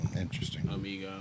Interesting